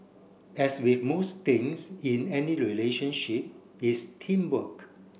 as with most things in any relationship it's teamwork